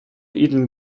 eaten